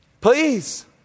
Please